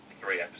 three